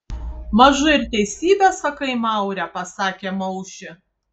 mažu ir teisybę sakai maure pasakė maušė